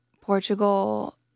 Portugal